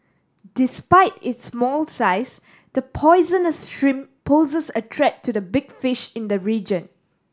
despite its small size the poisonous shrimp poses a threat to the big fish in the region